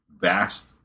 vast